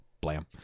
blam